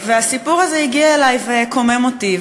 הסיפור הזה הגיע אלי וקומם אותי.